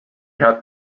had